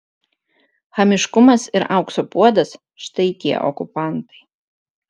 chamiškumas ir aukso puodas štai tie okupantai